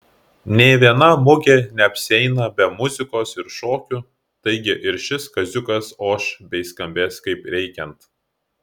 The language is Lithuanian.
nė viena mugė neapsieina be muzikos ir šokių taigi ir šis kaziukas oš bei skambės kaip reikiant